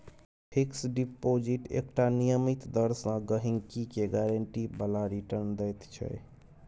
fix deposit एकटा नियमित दर सँ गहिंकी केँ गारंटी बला रिटर्न दैत छै